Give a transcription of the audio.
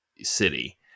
City